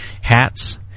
Hats